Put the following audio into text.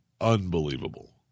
unbelievable